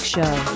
Show